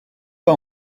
pas